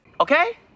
Okay